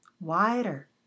Wider